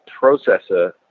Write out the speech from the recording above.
processor